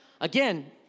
Again